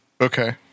Okay